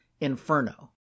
Inferno